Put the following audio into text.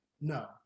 No